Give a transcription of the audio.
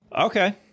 Okay